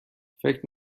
فکر